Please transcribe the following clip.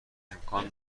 امکان